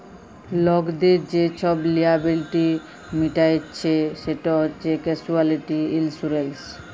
লকদের যে ছব লিয়াবিলিটি মিটাইচ্ছে সেট হছে ক্যাসুয়ালটি ইলসুরেলস